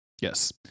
Yes